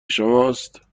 شماست